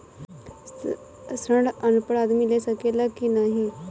ऋण अनपढ़ आदमी ले सके ला की नाहीं?